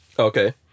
Okay